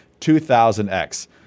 2000X